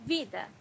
vida